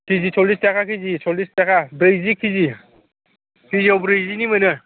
के जि सलिस थाखा के जि सल्लिस थाखा ब्रैजि के जि केजियाव ब्रैजिनि मोनो